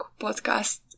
podcast